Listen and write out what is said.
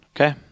Okay